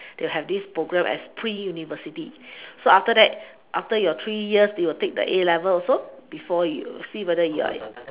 to have this programme as pre university so after that after your three years you will take the A-levels also before you see whether you will